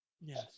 Yes